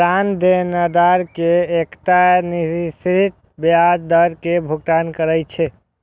bond देनदार कें एकटा निश्चित ब्याज दर के भुगतान करै छै